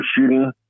shooting